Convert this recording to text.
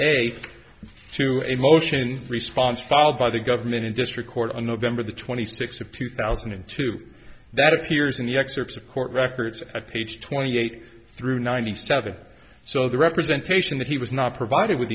a to a motion response filed by the government in district court on november the twenty sixth of two thousand and two that appears in the excerpts of court records of page twenty eight through ninety seven so the representation that he was not provided with